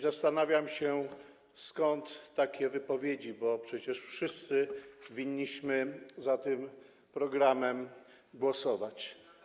Zastanawiam się, skąd takie wypowiedzi, bo przecież wszyscy winniśmy za tym programem głosować.